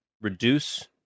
Reduce